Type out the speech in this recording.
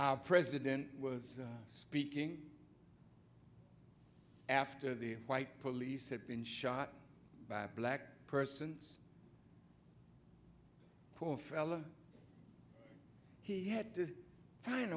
our president was speaking after the white police had been shot by a black person's poor fella he had to find